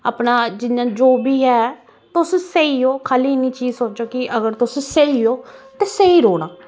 अपना जियां जो बी ऐ तुस स्हेई ओ खाल्ली इन्नी चीज सोचो कि अगर तुस स्हेई ओ ते स्हेई रौह्ना